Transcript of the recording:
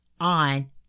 on